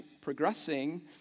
progressing